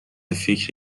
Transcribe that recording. فکر